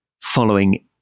following